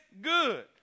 good